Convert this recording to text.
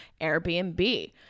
Airbnb